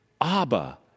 abba